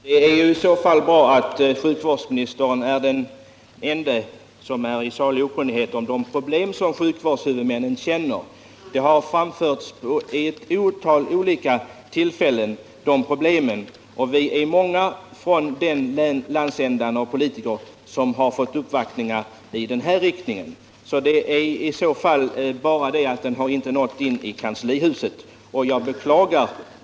Herr talman! I så fall är sjukvårdsministern den ende som är i salig okunnighet om sjukvårdshuvudmännens problem. Problemen har påpekats vid ett otal tillfällen, och många politiker från den här landsändan har ' uppvaktats. Det är tydligen bara så, att informationen inte har nått in i kanslihuset, vilket jag beklagar.